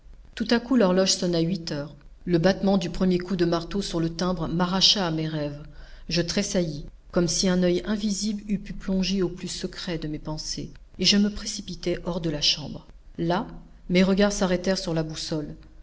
tout à coup l'horloge sonna huit heures le battement du premier coup de marteau sur le timbre m'arracha à mes rêves je tressaillis comme si un oeil invisible eût pu plonger au plus secret de mes pensées et je me précipitai hors de la chambre là mes regards s'arrêtèrent sur la boussole